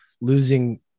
losing